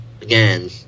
again